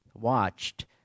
watched